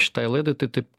šitai laida tai taip